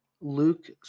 Luke